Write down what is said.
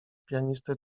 pianisty